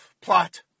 plot